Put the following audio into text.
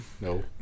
no